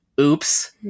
Oops